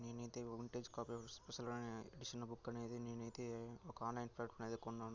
నేను అయితే vintage copy special edition book అనేది నేనైతే ఒక ఆన్లైన్ ప్లాట్ఫామ్లో అయితే కొన్నాను